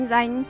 Danh